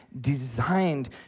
designed